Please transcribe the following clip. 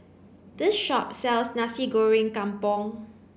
this shop sells Nasi Goreng Kampung